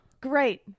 Great